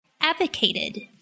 advocated